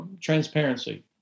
transparency